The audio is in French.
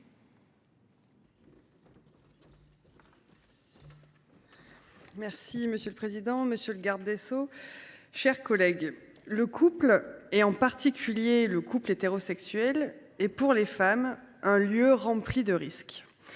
Vogel. Monsieur le président, monsieur le garde des sceaux, mes chers collègues, le couple, et en particulier le couple hétérosexuel, est pour les femmes un lieu rempli de risques…